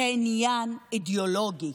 זה עניין אידיאולוגי.